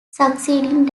succeeding